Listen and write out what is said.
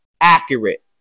accurate